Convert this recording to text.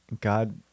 God